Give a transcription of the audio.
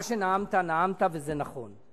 מה שנאמת נאמת, וזה נכון.